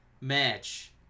match